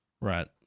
Right